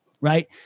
right